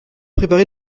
préparé